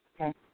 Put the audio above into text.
okay